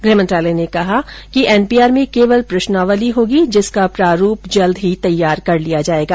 गृहमंत्रालय ने कहा है कि एनपीआर में केवल प्रश्नावली होगी जिसका प्रारूप जल्द ही तैयार कर लिया जाएगा